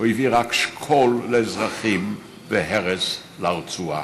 הוא הביא רק שכול לאזרחים והרס לרצועה,